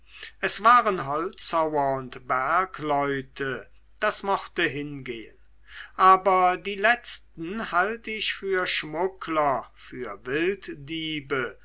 es waren holzhauer und bergleute das mochte hingehen aber die letzten halt ich für schmuggler für wilddiebe